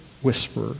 whisper